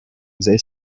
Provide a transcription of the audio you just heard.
they